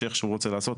המשך שהוא רוצה לעשות